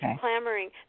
clamoring